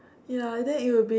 ya then it will be